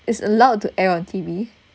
it's allowed to air on T_V